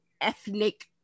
ethnic